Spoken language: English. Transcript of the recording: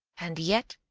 and yet,